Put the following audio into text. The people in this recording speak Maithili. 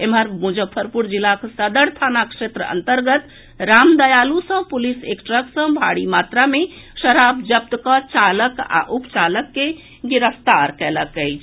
एम्हर मुजफ्फरपुर जिलाक सदर थाना क्षेत्र अंतर्गत रामदयालू सँ पुलिस एक ट्रक सँ भारी मात्रा मे शराब जब्त कऽ चालक आ उप चालक के गिरफ्तार कएलक अछि